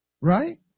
Right